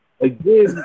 again